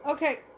Okay